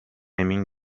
emin